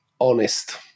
honest